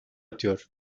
atıyor